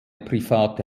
private